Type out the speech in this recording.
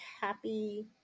happy